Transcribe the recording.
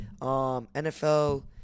NFL